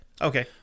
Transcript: Okay